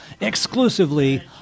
exclusively